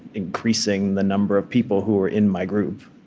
increasing the number of people who were in my group.